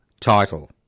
title